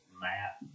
Matt